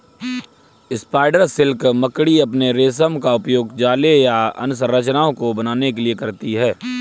spider silk मकड़ी अपने रेशम का उपयोग जाले या अन्य संरचनाओं को बनाने के लिए करती हैं